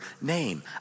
name